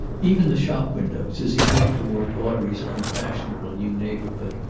even the shop windows, as he walked toward audrey's unfashionable new neighborhood,